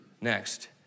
Next